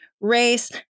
race